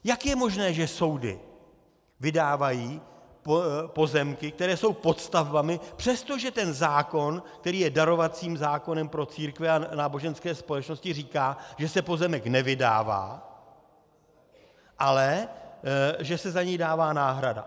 Jak je možné, že soudy vydávají pozemky, které jsou pod stavbami, přestože ten zákon, který je darovacím zákonem pro církve a náboženské společnosti, říká, že se pozemek nevydává, ale že se za něj dává náhrada?